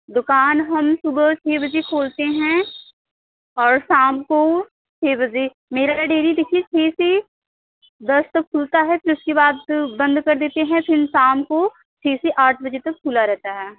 दुकान हम सुबह छ बजे खोलते हैं और शाम को छ बजे मेरा डेरी दस तक खुलता है फिर उसके बाद बंद कर देते हैं फिर शाम को छ से आठ बजे तक खुला रहता है